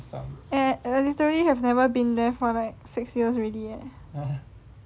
and I literally have never been there for like six years already